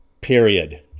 Period